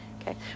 Okay